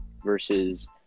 versus